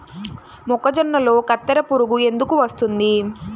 మొక్కజొన్నలో కత్తెర పురుగు ఎందుకు వస్తుంది?